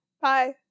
Bye